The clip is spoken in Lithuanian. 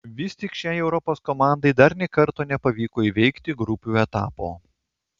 vis tik šiai europos komandai dar nė karto nepavyko įveikti grupių etapo